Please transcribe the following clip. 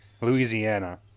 Louisiana